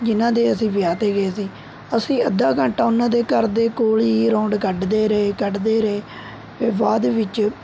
ਜਿਹਨਾਂ ਦੇ ਅਸੀਂ ਵਿਆਹ 'ਤੇ ਗਏ ਸੀ ਅਸੀਂ ਅੱਧਾ ਘੰਟਾ ਉਨ੍ਹਾਂ ਦੇ ਘਰ ਦੇ ਕੋਲ਼ ਹੀ ਰਾਊਂਡ ਕੱਢਦੇ ਰਹੇ ਕੱਢਦੇ ਰਹੇ ਫਿਰ ਬਾਅਦ ਵਿੱਚ